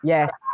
Yes